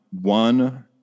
one